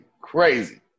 crazy